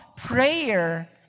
Prayer